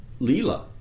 leela